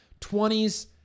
20s